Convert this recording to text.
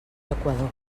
equador